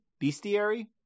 Bestiary